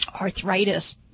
arthritis